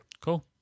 Cool